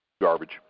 Garbage